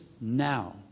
now